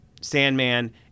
Sandman